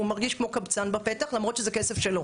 הוא מרגיש כמו קבצן בפתח למרות שזה כסף שלו.